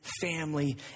family